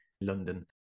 London